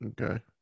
okay